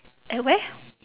at where